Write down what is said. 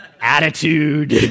attitude